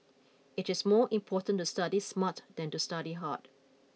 it is more important to study smart than to study hard